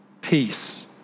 peace